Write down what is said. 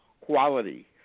quality